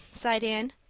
sighed anne,